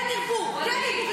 כן ירבו.